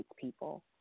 people